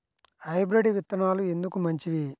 Hybrid విత్తనాలు ఎందుకు మంచివి?